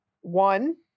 One